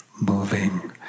moving